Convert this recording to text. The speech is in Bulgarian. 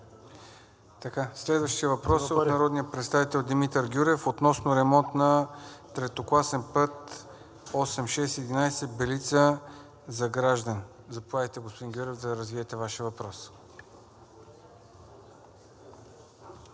Следващият въпрос е от народния представител Димитър Гюрев относно ремонт на третокласен път 8611 Белица – Загражден. Заповядайте, господин Гюрев, да развиете вашия въпрос.